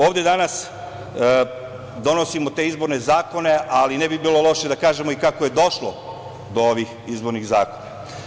Ovde danas donosimo te izborne zakone, ali ne bi bilo loše da kažemo i kako je došlo do ovih izbornih zakona.